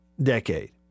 decade